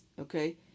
Okay